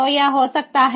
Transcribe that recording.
तो यह हो सकता है